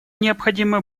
необходимы